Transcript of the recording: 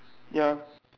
ya